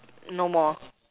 no more